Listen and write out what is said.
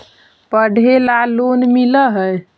पढ़े ला लोन मिल है?